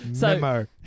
Memo